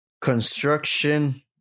Construction